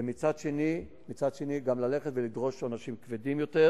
ומצד שני גם ללכת ולדרוש עונשים כבדים יותר,